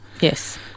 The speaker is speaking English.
Yes